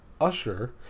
Usher